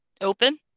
open